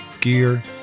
gear